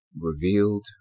Revealed